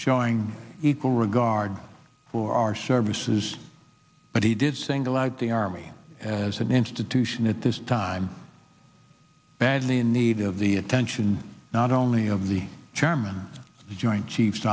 showing equal regard for our services but i did single out the army as an institution at this time badly in need of the attention not only of the chairman of the joint chiefs